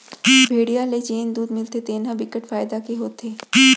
भेड़िया ले जेन दूद मिलथे तेन ह बिकट फायदा के होथे